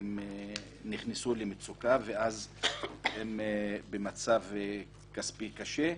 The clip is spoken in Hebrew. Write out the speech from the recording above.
הם נכנסו למצוקה ומאז הם במצב כספי קשה.